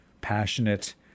passionate